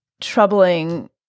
troubling